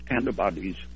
antibodies